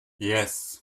yes